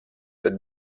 tad